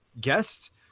guest